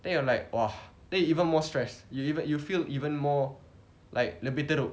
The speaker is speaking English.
then you will like !wah! then you even more stress you you feel even more like lebih teruk